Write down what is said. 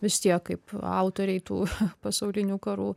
vis tiek kaip autoriai tų pasaulinių karų